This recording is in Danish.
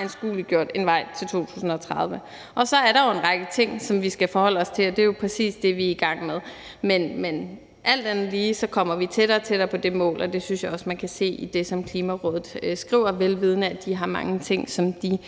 anskueliggjort en vej til 2030-målet. Og så er der jo en række ting, som vi skal forholde os til, og det er præcis det, vi er i gang med. Men alt andet lige kommer vi tættere og tættere på det mål, og det synes jeg også man kan se i det, som Klimarådet skriver, vel vidende at de har mange ting, som de